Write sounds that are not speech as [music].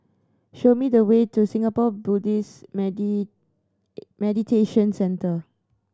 show me the way to Singapore Buddhist [unintelligible] Meditation Centre